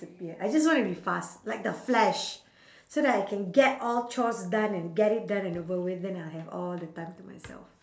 ~appear I just want to be fast like the flash so that I can get all chores done and get it done and over with then I'll have all the time to myself